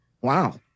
Wow